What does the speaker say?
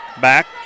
back